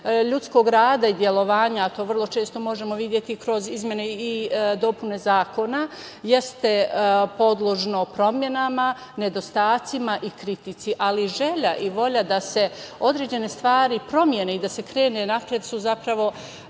ljudskog rada i delovanja, a to vrlo često možemo videti kroz izmene i dopune zakona, jeste podložno promenama, nedostacima i kritici, ali želja i volja da se određene stvari promene i da se krene napred su zapravo